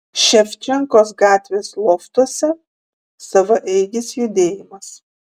ševčenkos gatvės loftuose savaeigis judėjimas